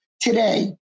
today